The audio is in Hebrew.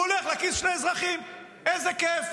הוא הולך לכיס של האזרחים, איזה כיף.